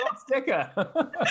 sticker